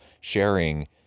sharing